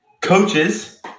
coaches